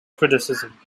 criticism